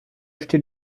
acheté